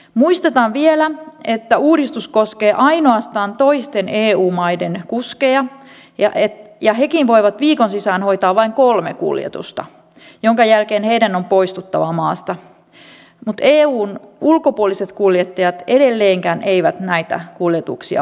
muistetaan vielä että uudistus koskee ainoastaan toisten eu maiden kuskeja ja hekin voivat viikon sisään hoitaa vain kolme kuljetusta minkä jälkeen heidän on poistuttava maasta mutta eun ulkopuoliset kuljettajat edelleenkään eivät näitä kuljetuksia voi hoitaa